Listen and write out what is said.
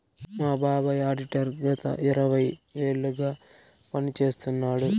మా బాబాయ్ ఆడిటర్ గత ఇరవై ఏళ్లుగా పని చేస్తున్నాడు